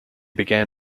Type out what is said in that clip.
began